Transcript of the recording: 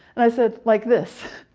i said, like this?